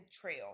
trail